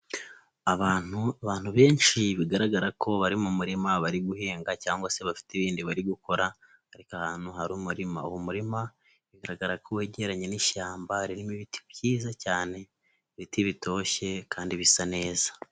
Abantu, abantu benshi bigaragara ko bari mu murima bari guhinga cyangwa se bafite ibindi bari gukora, ariko ahantu hari umurima umurima bigaragara ko wegeranye n'ishyamba ririmo ibiti byiza cyane, ibiti bitoshye kandi bisa neza.